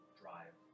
drive